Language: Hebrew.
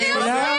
היא מפריעה.